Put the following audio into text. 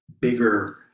bigger